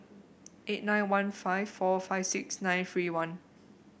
eight nine one five four five six nine three one